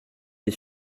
mes